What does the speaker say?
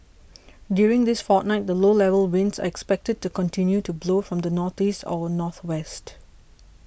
during this fortnight the low level winds are expected to continue to blow from the northeast or northwest